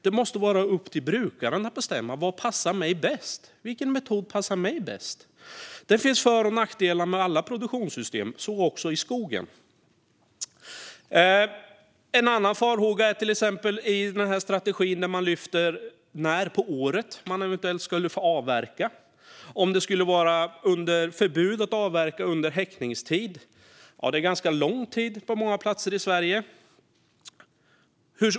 Det måste vara upp till brukaren att bestämma vilken metod som passar bäst. Det finns för och nackdelar med alla produktionssystem, så också i skogen. En annan farhåga i denna strategi handlar om att det lyfts fram när på året man eventuellt skulle få avverka och om det ska vara förbud att avverka under häckningstid. Det är ganska lång tid på många platser i Sverige.